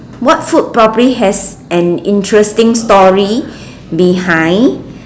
what food probably has an interesting story behind